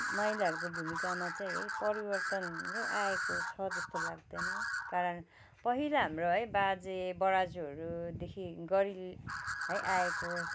महिलाहरूको भुमिकामा चाहिँ है परिवर्तनहरू आएको छ जस्तो लाग्दैन कारण पहिला हाम्रो है बाजे बराज्यूहरूदेखि गरी है आएको